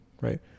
right